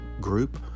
group